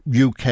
UK